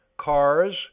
cars